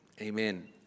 amen